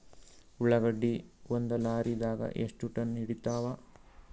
ಉಳ್ಳಾಗಡ್ಡಿ ಒಂದ ಲಾರಿದಾಗ ಎಷ್ಟ ಟನ್ ಹಿಡಿತ್ತಾವ?